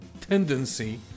tendency